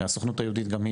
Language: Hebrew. הסוכנות היהודית גם היא,